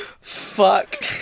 Fuck